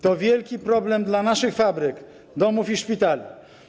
To wielki problem dla naszych fabryk, domów i szpitali.